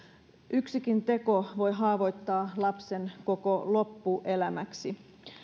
yksikin teko voi haavoittaa lapsen koko loppuelämäksi